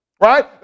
Right